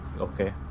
okay